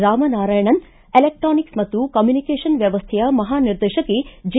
Ramanarayanan electronics ಮತ್ತು communication ವ್ಚವಸ್ವೆಯ ಮಹಾ ನಿರ್ದೇಶಕಿ ಜೆ